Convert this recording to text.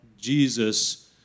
Jesus